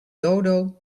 dodo